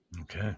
Okay